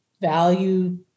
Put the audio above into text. value